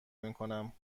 میکنم